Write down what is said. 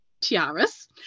tiaras